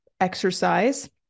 exercise